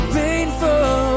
painful